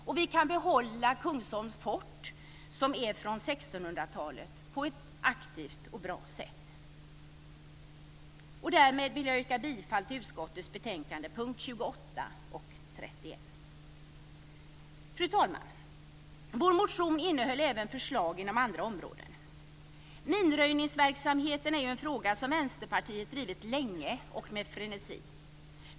Och vi kan behålla Kungsholms fort, som är från 1600-talet, på ett aktivt och bra sätt. Därmed vill jag yrka bifall till utskottets hemställan på punkterna 28 och 31. Fru talman! Vår motion innehöll även förslag inom andra områden. Minröjningsverksamheten är ju en fråga som Vänsterpartiet har drivit länge och med frenesi.